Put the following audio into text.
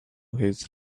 his